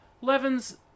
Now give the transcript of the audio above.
Levens